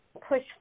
push